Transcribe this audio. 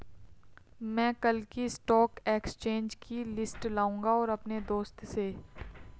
मै कल की stock exchange की लिस्ट लाऊंगा अपने दोस्त से